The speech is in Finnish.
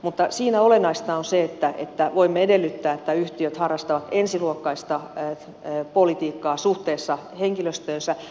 mutta siinä olennaista on se että voimme edellyttää että yhtiöt harrastavat ensiluokkaista politiikkaa suhteessa henkilöstöönsä